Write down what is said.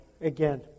again